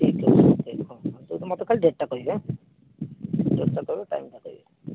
ଠିକ୍ଅଛି ହଁ ସେଉଟୁ ମୋତେ ଖାଲି ଡେଟ୍ ଟା କହିବେ ଏଁ ଡେଟ୍ ଟା କହିବେ ଟାଇମ ଟା କହିବେ